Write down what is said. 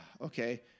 Okay